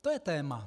To je téma.